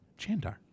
Chandar